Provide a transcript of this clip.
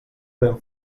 ben